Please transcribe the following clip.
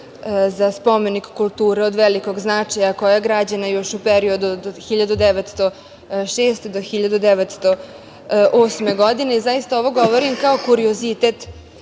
za spomenik kulture od velikog značaja, koja je građena još u periodu od 1906. do 1908. godine. Zaista, ovo govorim kao kuriozitet,